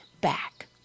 back